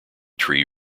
tree